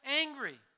angry